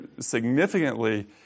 significantly